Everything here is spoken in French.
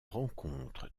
rencontrent